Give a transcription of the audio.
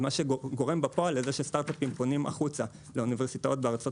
מה שגורם בפועל לזה שסטארט-אפים פונים החוצה לאוניברסיטאות בארצות